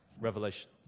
Revelation